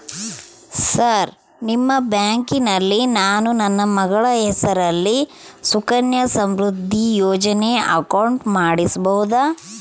Sir ನಿಮ್ಮ ಬ್ಯಾಂಕಿನಲ್ಲಿ ನಾನು ನನ್ನ ಮಗಳ ಹೆಸರಲ್ಲಿ ಸುಕನ್ಯಾ ಸಮೃದ್ಧಿ ಯೋಜನೆ ಅಕೌಂಟ್ ಮಾಡಿಸಬಹುದಾ?